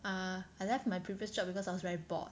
ah I left my previous job because I was very bored